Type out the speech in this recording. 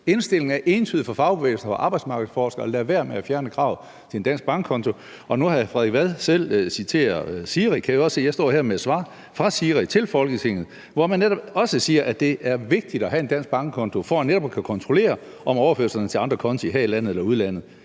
Indstillingen er entydig fra fagbevægelsen og fra arbejdsmarkedsforskere: Lad være med at fjerne kravet til en dansk bankkonto. Nu, hvor hr. Frederik Vad selv citerer SIRI, kan jeg også sige, at jeg står her med et svar fra SIRI til Folketinget, hvor man netop også siger, at det er vigtigt at have en dansk bankkonto for netop at kunne kontrollere overførslerne til andre konti her i landet eller udlandet,